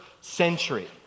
century